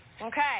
Okay